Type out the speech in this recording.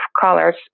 colors